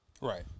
Right